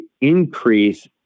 increase